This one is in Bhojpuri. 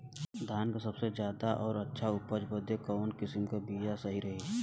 धान क सबसे ज्यादा और अच्छा उपज बदे कवन किसीम क बिया सही रही?